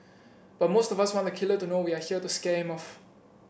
but most of us want the killer to know we are here to scare him off